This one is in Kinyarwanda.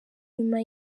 inyuma